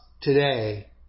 today